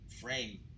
frame